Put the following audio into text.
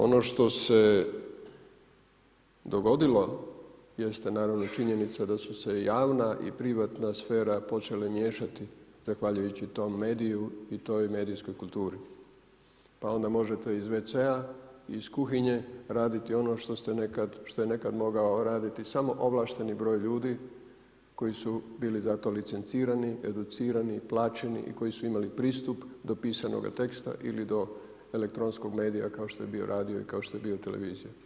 Ono što se dogodilo jeste naravno činjenica da su se javna i privatna sfera počete miješati zahvaljujući tom mediju i toj medijskoj kulturi pa onda možete iz wc-a, iz kuhinje raditi ono što je nekad mogao raditi samo ovlašteni broj ljudi koji su bili za to licencirani, educirani, plaćeni i koji su imali pristup do pisanoga teksta ili do elektronskog medija kao što je bilo radio i kao što je bio televizija.